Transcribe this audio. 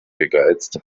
gegeizt